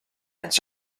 ants